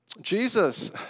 Jesus